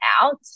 out